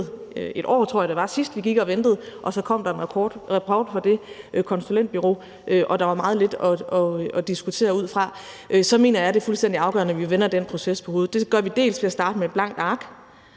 – det tror jeg det var, sidst vi gik og ventede – og der så kom en rapport fra det konsulentbureau, hvor der var meget lidt at diskutere ud fra, så mener jeg, at det er fuldstændig afgørende, at vi vender den proces på hovedet. Det gør vi dels ved at starte med et blankt ark,